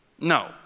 No